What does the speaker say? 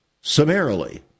Summarily